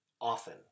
often